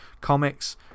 comics